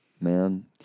Man